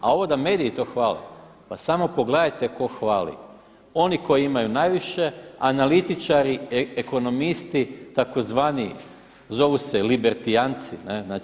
A ovo da mediji to hvale, pa samo pogledajte ko hvali, oni koji imaju najviše, analitičari, ekonomisti, tzv. libertijanci.